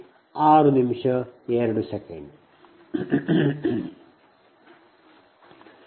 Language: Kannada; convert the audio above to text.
ಇದು λ 109